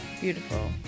Beautiful